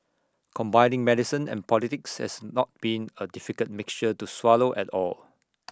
combining medicine and politics has not been A difficult mixture to swallow at all